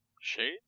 Shade